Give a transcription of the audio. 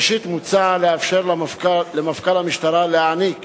ראשית, מוצע לאפשר למפכ"ל המשטרה להעניק